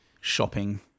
shopping